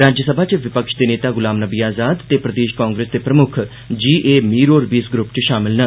राज्यसभा च विपक्ष दे नेता गुलाम नबी आज़ाद ते प्रदेश कांग्रेस दे प्रमुक्ख जी ए मीर होर बी इस ग्रुप च शामल न